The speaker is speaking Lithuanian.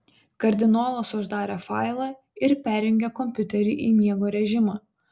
kardinolas uždarė failą ir perjungė kompiuterį į miego režimą